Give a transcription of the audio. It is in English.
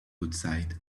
outside